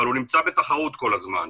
אבל הוא נמצא בתחרות כל הזמן.